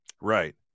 Right